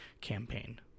campaign